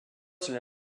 cela